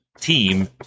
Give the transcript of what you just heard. team